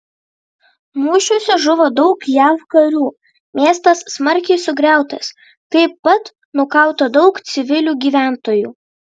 mūšiuose žuvo daug jav karių miestas smarkiai sugriautas taip pat nukauta daug civilių gyventojų